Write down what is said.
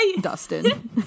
Dustin